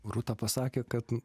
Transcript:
rūta pasakė kad